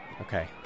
Okay